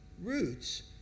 roots